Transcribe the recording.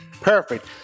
Perfect